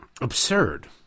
absurd